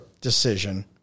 decision